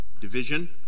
division